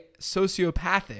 sociopathic